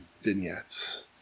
vignettes